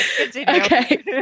Okay